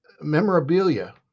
Memorabilia